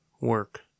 work